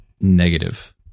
Negative